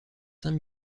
saint